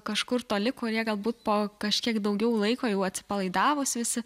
kažkur toli kurie galbūt po kažkiek daugiau laiko jau atsipalaidavus visi